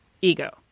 ego